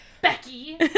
Becky